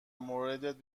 موردت